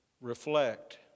reflect